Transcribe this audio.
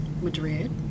Madrid